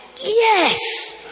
Yes